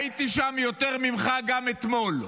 הייתי שם יותר ממך גם אתמול.